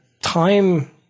time